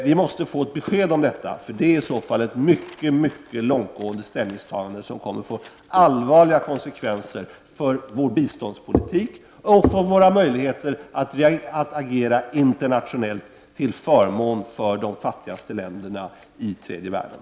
Vi måste få ett besked om detta, eftersom det i så fall är ett mycket långtgående ställningstagande, som kommer att få allvarliga konsekvenser för vår biståndspolitik och för våra möjligheter att agera internationellt till förmån för de fattigaste länderna i tredje världen.